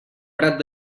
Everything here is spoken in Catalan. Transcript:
prat